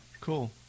Cool